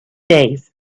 days